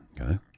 Okay